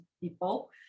people